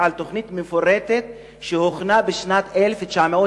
על תוכנית מפורטת שהוכנה בשנת 1979,